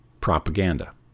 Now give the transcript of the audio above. Propaganda